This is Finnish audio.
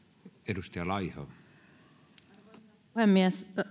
arvoisa puhemies